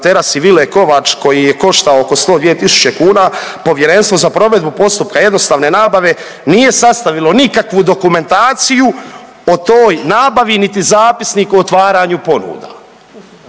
terasi vile Kovač koji je koštao oko 102000 kuna Povjerenstvo za provedbu postupka jednostavne nabave nije sastavilo nikakvu dokumentaciju o toj nabaviti, niti zapisniku o otvaranju ponuda.